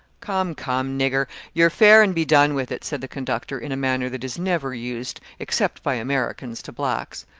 come, come, nigger, your fare and be done with it, said the conductor, in a manner that is never used except by americans to blacks.